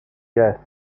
yes